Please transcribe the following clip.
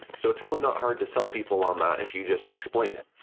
so it's really not hard to sell people on that if you just explain it.